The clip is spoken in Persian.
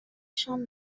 شام